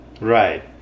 Right